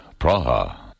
Praha